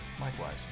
Likewise